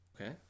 Okay